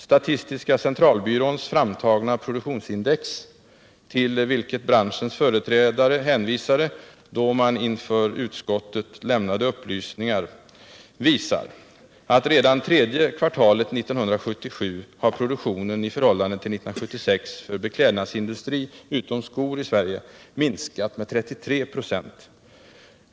Statistiska centralbyråns framtagna produktionsindex — till vilket branschens företrädare hänvisade då upplysningar lämnades inför utskottet — visar att redan tredje kvartalet 1977 har produktionen i förhållande till 1976 för beklädnadsindustri utom skor minskat med 33 96.